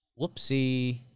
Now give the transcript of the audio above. Whoopsie